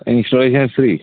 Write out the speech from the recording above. installation free